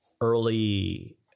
early